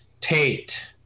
tate